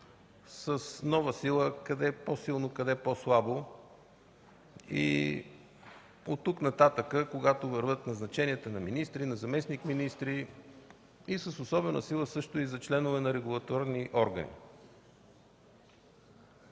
с нова сила, къде по-силно, къде по-слабо и оттук нататък, когато вървят назначенията на министри, заместник-министри, а с особена сила и за членове на регулаторни органи.